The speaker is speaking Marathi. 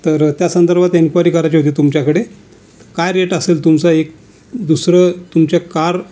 तर त्या संदर्भात एन्क्वायरी करायची होती तुमच्याकडे काय रेट असेल तुमचा एक दुसरं तुमच्या कार